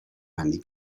many